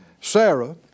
Sarah